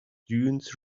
dunes